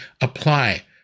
apply